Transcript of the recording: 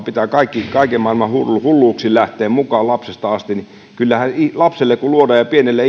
pitää kaiken maailman hulluuksiin lähteä mukaan lapsesta asti kyllähän lapselle ja pienelle